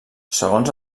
segons